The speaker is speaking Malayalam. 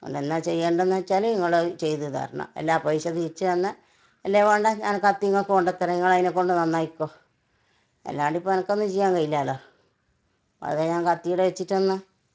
അതുകൊണ്ടെന്നാ ചെഎണ്ടതെന്ന് വെച്ചാൽ ഇങ്ങളത് ചെയ്ത് തരണം എല്ലാ പൈസ തിരിച്ച് തന്നാൽ ഇല്ലേൽ വേണ്ട ഞാൻ കത്തി ഇങ്ങൾക്ക് കൊണ്ടുത്തരാം ഇങ്ങളതിനെ കൊണ്ട് നന്നാക്കിക്കൊ ഇല്ലാണ്ടിപ്പം അനക്കൊന്ന് ചെയ്യാൻ കഴിയില്ലല്ലോ അതാണ് ഞാൻ കത്തി ഇവിടെ വെച്ചിട്ടുതന്നെ